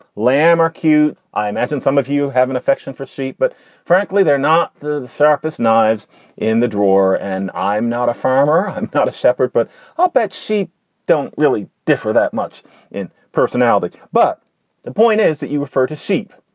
lamb are cute. i imagine some of you have an affection for sheep, but frankly, they're not the sharpest knives in the drawer. and i'm not a farmer. i'm not a shepherd. but i'll bet sheep don't really differ that much in personality. but the point is that you refer to sheep,